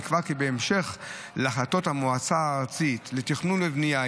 נקבע כי בהמשך להחלטות המועצה הארצית לתכנון ובנייה,